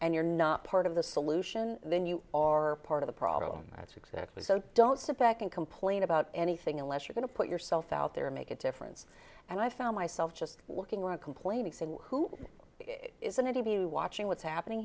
and you're not part of the solution then you are part of the problem that's exactly so don't sit back and complain about anything unless you're going to put yourself out there and make a difference and i found myself just looking around complaining who isn't any of you watching what's happening